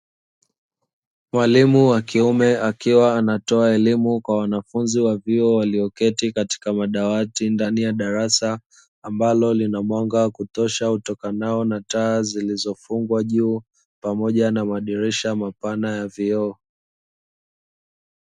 Mwalimu wa kiume akiwa anatoa elimu kwa wanafunzi wa vyuo walioketi katika madawati ndani ya darasa, ambalo linamwanga wa kutosha utokanao na taa zilizofungwa juu, pamoja na madirisha mapana ya vioo.